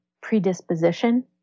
predisposition